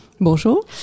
Bonjour